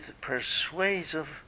persuasive